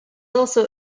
also